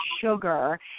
sugar